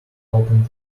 opened